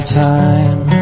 time